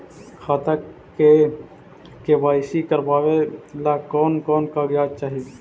खाता के के.वाई.सी करावेला कौन कौन कागजात चाही?